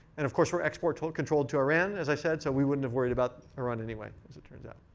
and of course, we're export-controlled to iran, as i said, so we wouldn't have worried about iran anyway, as it turns out.